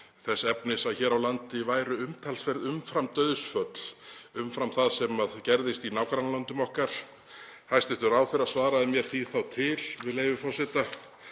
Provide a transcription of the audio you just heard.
þess efnis að hér á landi væru umtalsverð umframdauðsföll umfram það sem gerðist í nágrannalöndum okkar. Hæstv. ráðherra svaraði mér því til, með leyfi forseta,